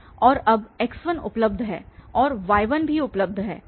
और अब x1 उपलब्ध है और y1 भी उपलब्ध है